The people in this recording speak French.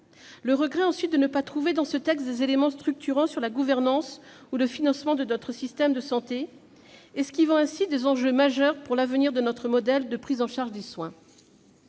Le regret, ensuite, de ne pas trouver dans ce texte des éléments structurants sur la gouvernance ni le financement de notre système de santé, car des enjeux majeurs pour l'avenir de notre modèle de prise en charge des soins